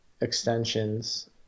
extensions